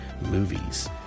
movies